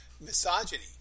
misogyny